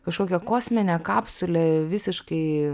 kažkokią kosminę kapsulę visiškai